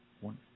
One